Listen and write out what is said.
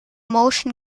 motion